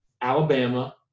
Alabama